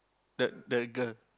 that that girl